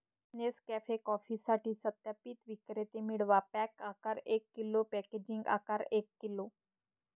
Nescafe कॉफीसाठी सत्यापित विक्रेते मिळवा, पॅक आकार एक किलो, पॅकेजिंग आकार एक किलो